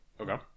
okay